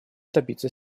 добиться